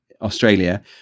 Australia